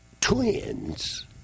twins